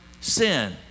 sin